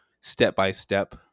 step-by-step